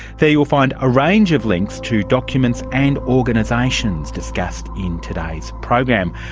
there you will find a range of links to documents and organisations discussed in today's program,